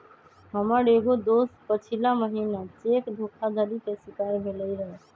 हमर एगो दोस पछिला महिन्ना चेक धोखाधड़ी के शिकार भेलइ र